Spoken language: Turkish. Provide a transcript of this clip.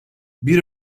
bir